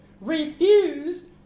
refused